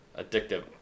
addictive